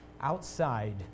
outside